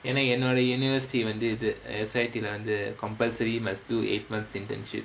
ஏனா என்னோட:yaenaa ennoda university வந்து இது:vanthu ithu S_I_T compulsory must do eight months internship